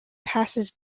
passes